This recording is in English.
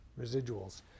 residuals